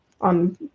on